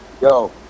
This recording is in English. Yo